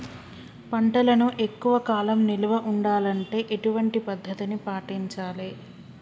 పంటలను ఎక్కువ కాలం నిల్వ ఉండాలంటే ఎటువంటి పద్ధతిని పాటించాలే?